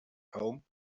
home